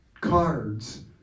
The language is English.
cards